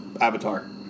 Avatar